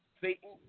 Satan